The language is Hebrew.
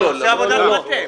הוא עושה עבודת מטה.